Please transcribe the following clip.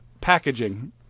Packaging